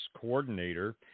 coordinator